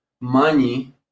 money